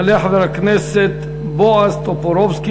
יעלה חבר הכנסת בועז טופורובסקי,